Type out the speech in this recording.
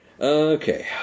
Okay